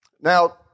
Now